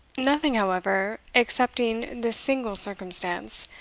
nothing, however, excepting this single circumstance,